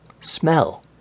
smell